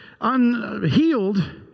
unhealed